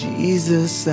Jesus